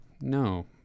no